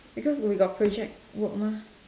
because we got project work mah